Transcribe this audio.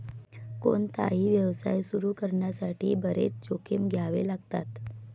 कोणताही व्यवसाय सुरू करण्यासाठी बरेच जोखीम घ्यावे लागतात